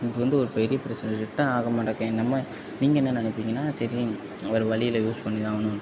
இது வந்து ஒரு பெரிய பிரச்சனை ரிட்டன் ஆக மாட்டேக்கே இன்னுமே நீங்கள் என்ன நினைப்பீங்கன்னா சரி வேறு வழியில்ல இது யூஸ் பண்ணி தான் ஆகணும்